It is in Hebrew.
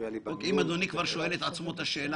שאני